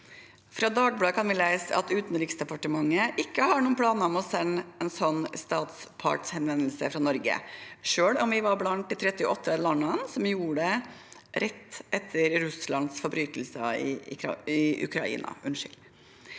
I Dagbladet kan vi lese at Utenriksdepartementet ikke har noen planer om å sende en sånn statspartshenvendelse fra Norge, selv om vi var blant de 38 landene som gjorde det rett etter Russlands forbrytelser i Ukraina.